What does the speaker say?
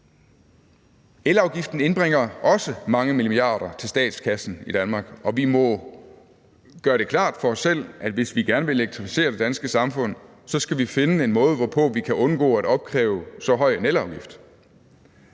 Elafgiften indbringer også mange milliarder til statskassen i Danmark, og vi må gøre det klart for os selv, at hvis vi gerne vil elektrificere det danske samfund, skal vi finde en måde, hvorpå vi kan undgå at opkræve så høj en elafgift.